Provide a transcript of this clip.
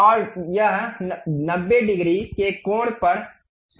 और यह 90 डिग्री के कोण पर शुरू हो सकता है